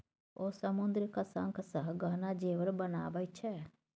ओ समुद्रक शंखसँ गहना जेवर बनाबैत छै